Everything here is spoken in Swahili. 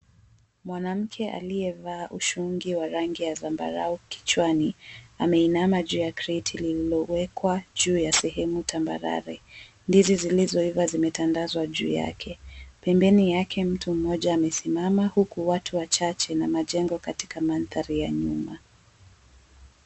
Mwanamke aliyevaa ushungi wa rangi ya zambarau kichwani, ameinama juu ya kreti lililowekwa juu ya sehemu tambarare. Ndizi zilizoiva zimetandazwa juu yake. Pembeni yake mtu mmoja amesimama, huku watu wachache na majengo katika mandhari ya nyuma.